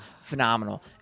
phenomenal